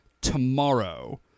tomorrow